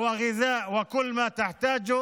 ומה אתם?